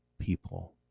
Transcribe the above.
people